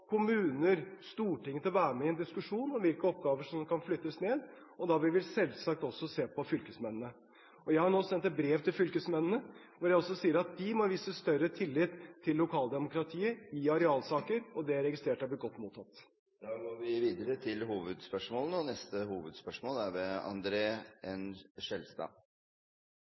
kommuner og Stortinget til å være med i en diskusjon om hvilke oppgaver som kan flyttes ned, og da vil vi selvsagt også se på fylkesmennene. Jeg har nå sendt et brev til fylkesmennene, hvor jeg også sier at de må vise større tillit til lokaldemokratiet i arealsaker, og det har jeg registrert har blitt godt mottatt. Da går vi videre til neste hovedspørsmål.